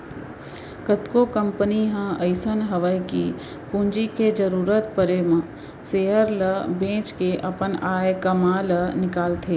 कतको कंपनी ह अइसन हवय कि पूंजी के जरूरत परे म सेयर ल बेंच के अपन आय काम ल निकालथे